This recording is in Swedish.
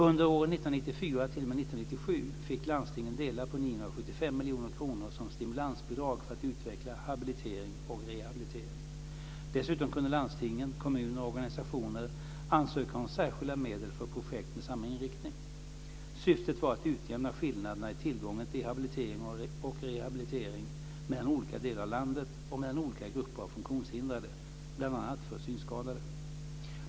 Under åren 1994 t.o.m. 1997 fick landstingen dela på 975 miljoner kronor som stimulansbidrag för att utveckla habilitering och rehabilitering. Dessutom kunde landsting, kommuner och organisationer ansöka om särskilda medel för projekt med samma inriktning. Syftet var att utjämna skillnaderna i tillgången till habilitering och rehabilitering mellan olika delar av landet och mellan olika grupper av funktionshindrade, bl.a. för synskadade.